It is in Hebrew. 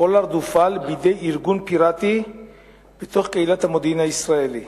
שפולארד הופעל בידי ארגון פיראטי בתוך קהילת המודיעין הישראלי.